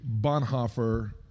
bonhoeffer